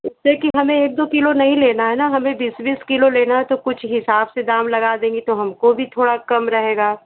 लेकिन हमें एक दो किलो नहीं लेना है ना हमें बीस बीस किलो लेना है तो कुछ हिसाब से दाम लगा देंगे तो हमको भी थोड़ा कम रहेगा